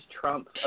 Trump